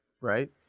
right